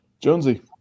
jonesy